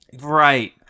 Right